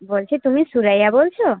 বলছি তুমি সুরাইয়া বলছ